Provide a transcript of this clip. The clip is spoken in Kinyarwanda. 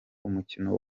umukino